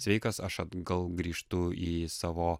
sveikas aš atgal grįžtu į savo